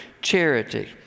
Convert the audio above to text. charity